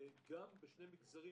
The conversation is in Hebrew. גם בשני מגזרים